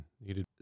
needed